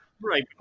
Right